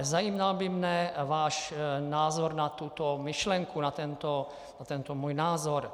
Zajímal by mě váš názor na tuto myšlenku, na tento můj názor.